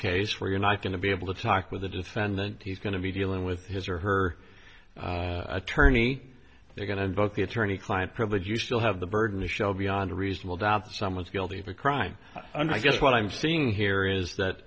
case where you're not going to be able to talk with the defendant he's going to be dealing with his or her attorney they're going to invoke the attorney client privilege you still have the burden to show beyond a reasonable doubt someone's guilty of a crime and i guess what i'm seeing here is that